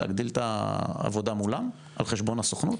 להגדיל את העבודה מולם, על חשבון הסוכנות?